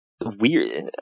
weird